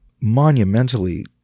monumentally